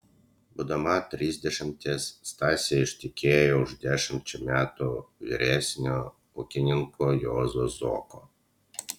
būdama trisdešimties stasė ištekėjo už dešimčia metų vyresnio ūkininko juozo zoko